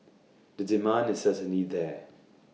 the demand is certainly there